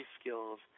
skills